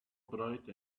bright